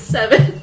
Seven